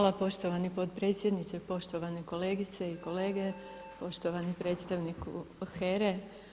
Hvala poštovani potpredsjedniče, poštovane kolegice i kolege, poštovani predstavniku HERA-e.